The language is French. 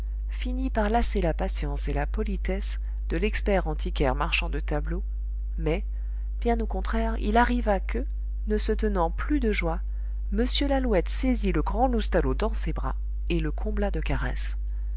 finit par lasser la patience et la politesse de lexpert antiquaire marchand de tableaux mais bien au contraire il arriva que ne se tenant plus de joie m lalouette saisit le grand loustalot dans ses bras et le combla de caresses